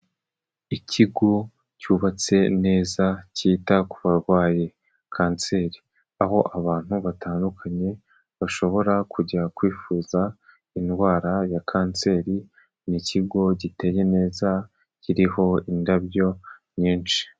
Ikigo cyubatse neza cyita ku barwaye Kanseri aho abantu batandukanye bashobora kujya kwivuza indwara ya Kanseri, ni ikigo giteye neza kiriho indabyo nyinshi.